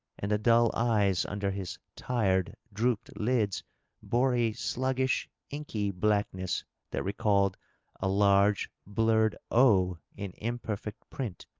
and the dull eyes under his tired, drooped lids bore a sluggish, inky blackness that recalled a large blurred o in imperfect print.